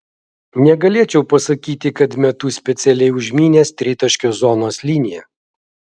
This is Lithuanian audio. negalėčiau pasakyti kad metu specialiai užmynęs tritaškio zonos liniją